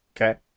Okay